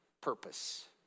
purpose